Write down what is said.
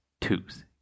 twos